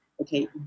okay